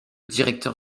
directeur